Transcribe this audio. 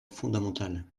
fondamentale